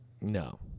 No